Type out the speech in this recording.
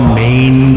main